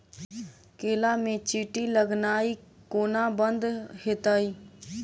केला मे चींटी लगनाइ कोना बंद हेतइ?